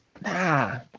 nah